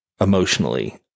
emotionally